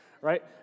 right